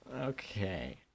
Okay